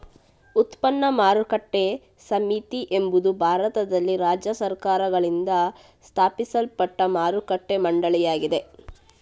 ಉತ್ಪನ್ನ ಮಾರುಕಟ್ಟೆ ಸಮಿತಿ ಎಂಬುದು ಭಾರತದಲ್ಲಿ ರಾಜ್ಯ ಸರ್ಕಾರಗಳಿಂದ ಸ್ಥಾಪಿಸಲ್ಪಟ್ಟ ಮಾರುಕಟ್ಟೆ ಮಂಡಳಿಯಾಗಿದೆ